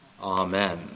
Amen